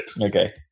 Okay